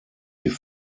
die